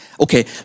Okay